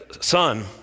Son